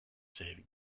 saving